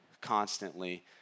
constantly